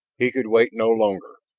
he could wait no longer.